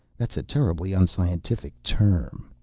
that's a terribly unscientific term,